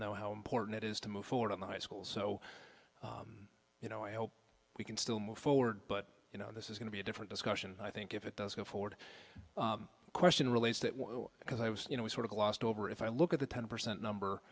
know how important it is to move forward on the high school so you know i hope we can still move forward but you know this is going to be a different discussion i think if it does go forward question relates that because i was you know we sort of glossed over if i look at the ten percent number